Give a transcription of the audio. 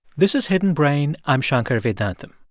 this is hidden brain. i'm shankar vedantam